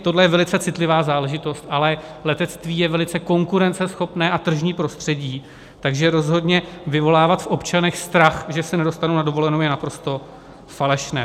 Tohle je velice citlivá záležitost, ale letectví je velice konkurenceschopné a tržní prostředí, takže rozhodně vyvolávat v občanech strach, že se nedostanou na dovolenou, je naprosto falešné.